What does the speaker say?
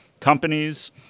companies